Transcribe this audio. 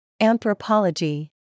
Anthropology